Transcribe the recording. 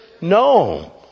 no